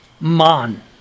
man